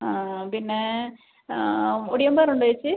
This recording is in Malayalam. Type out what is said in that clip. പിന്നെ ഒടിയൻ പയർ ഉണ്ടോ ചേച്ചി